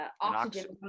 oxygen –